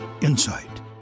insight